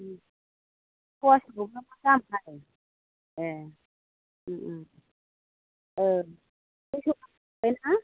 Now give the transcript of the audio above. ओम फवासेआवबा मा दाम फानो एह ओम ओम ओह दुइस' गाहाम हायो ना